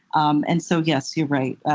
um and so yes, you're right.